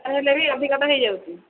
ତା'ହେଲେ ବି ଅଧିକ ତ ହୋଇଯାଉଛି